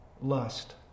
lust